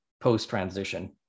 post-transition